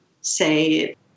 say